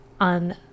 on